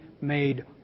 made